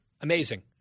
amazing